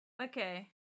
Okay